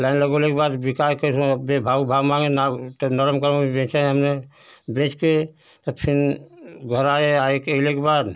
line लगवाने के बाद बिकाय कर तो बे भाव के भाव माँगे नाव तो नरम करम में बेचे हमने बेच कर तब फिर घर आए आए कहिले के बाद